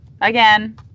again